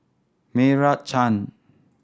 Meira Chand